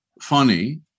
funny